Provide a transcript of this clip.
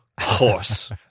Horse